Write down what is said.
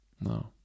No